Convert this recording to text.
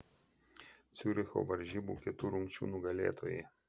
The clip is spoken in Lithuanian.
ciuricho varžybų kitų rungčių nugalėtojai